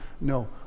no